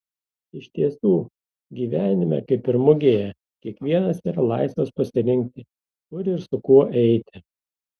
iš tiesų gyvenime kaip ir mugėje kiekvienas yra laisvas pasirinkti kur ir su kuo eiti